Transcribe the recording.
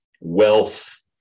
wealth